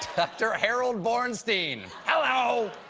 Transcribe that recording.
dr. harold bornstein. hello!